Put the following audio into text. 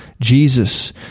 jesus